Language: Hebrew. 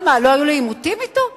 אבל מה, לא היו לי עימותים אתו?